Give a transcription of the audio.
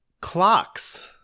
Clocks